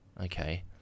okay